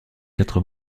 quatre